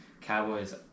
cowboys